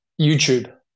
YouTube